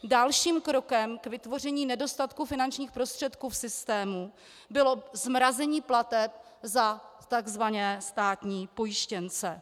Dalším krokem k vytvoření nedostatku finančních prostředků v systému bylo zmrazení plateb za tzv. státní pojištěnce.